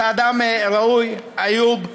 אתה אדם ראוי, איוב.